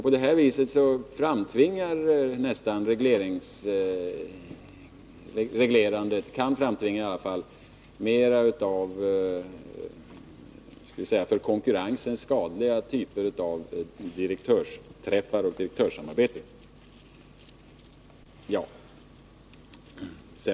På det här viset kan reglerandet framtvinga mer och mer av för konkurrensen skadliga typer av direktörsträffar och direktörssamarbete.